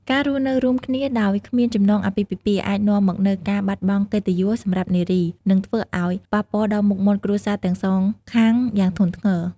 ការរស់នៅរួមគ្នាដោយគ្មានចំណងអាពាហ៍ពិពាហ៍ អាចនាំមកនូវការបាត់បង់កិត្តិយសសម្រាប់នារី និងធ្វើឱ្យប៉ះពាល់ដល់មុខមាត់គ្រួសារទាំងសងខាងយ៉ាងធ្ងន់ធ្ងរ។